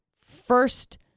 first